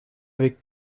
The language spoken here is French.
avec